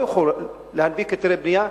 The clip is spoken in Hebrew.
הוא לא יכול להנפיק היתרי בנייה.